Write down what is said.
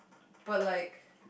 but like